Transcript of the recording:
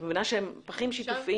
את מבינה שהם פחים שיתופיים.